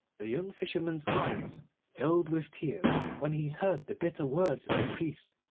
the young fisherman's eyes filled with tears when he heard the bitter words of the priest,